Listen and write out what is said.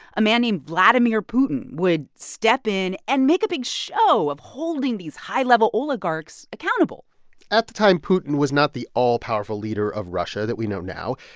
a man named vladimir putin would step in and make a big show of holding these high-level oligarchs accountable at the time, putin was not the all-powerful leader of russia that we know now.